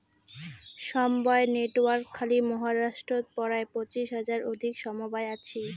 সমবায় নেটওয়ার্ক খালি মহারাষ্ট্রত পরায় পঁচিশ হাজার অধিক সমবায় আছি